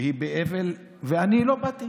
היא באבל, אני לא באתי